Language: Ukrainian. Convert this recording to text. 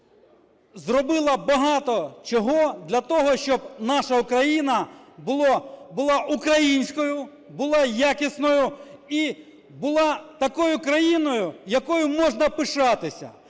зробила багато чого для того, щоб наша Україна була українською, була якісною і була такою країною, якою можна пишатися.